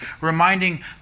reminding